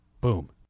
Boom